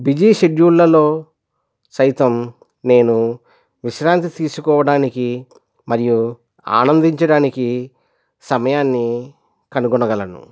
busy షెడ్యూళ్ళలో సైతం నేను విశ్రాంతి తీసుకోవడానికి మరియు ఆనందించడానికి సమయాన్ని కనుగొనగలను